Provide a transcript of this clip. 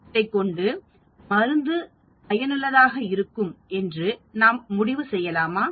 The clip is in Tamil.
இதைக்கொண்டு மருந்து பயனுள்ளதாக இருக்கும் என்று நாம் முடிவு செய்யலாமா